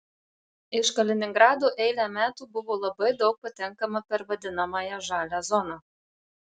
iš kaliningrado eilę metų buvo labai daug patenkama per vadinamąją žalią zoną